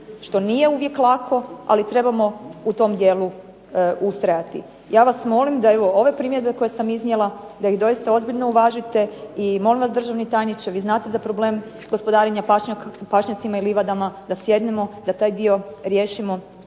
što nije uvijek lako, ali trebamo u tom dijelu ustrajati. Ja vas molim da evo ove primjedbe koje sam iznijela, da ih doista ozbiljno uvažite i molim vas državni tajniče, vi znate za problem gospodarenja pašnjacima i livadama, da sjednemo, da taj dio riješimo,